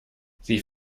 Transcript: sie